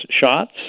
shots